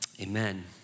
amen